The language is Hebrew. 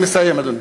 אני מסיים, אדוני.